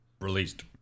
released